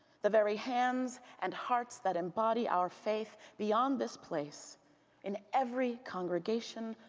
the very hands and hearts that embody our faith beyond this place in every congregation,